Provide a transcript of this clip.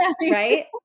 Right